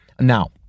Now